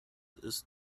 ist